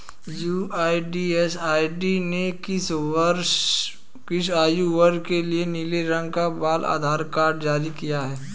UIDAI ने किस आयु वर्ग के लिए नीले रंग का बाल आधार कार्ड जारी किया है?